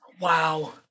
Wow